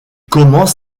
commence